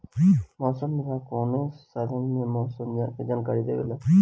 मौसम विभाग कौन कौने साधन से मोसम के जानकारी देवेला?